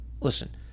listen